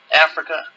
Africa